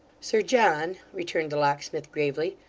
sir john returned the locksmith, gravely,